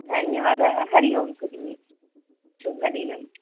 धन्यवादः हरिः ओं भगिनि शुभदिनम्